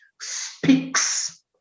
speaks